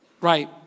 Right